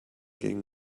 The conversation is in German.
gegen